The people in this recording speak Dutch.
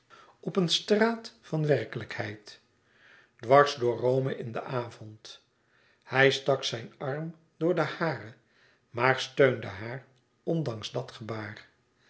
op een straat van werkelijkheid dwars door rome in den avond hij stak zijn arm door den hare maar steunde haàr ondanks dat gebaar